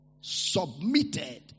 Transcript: Submitted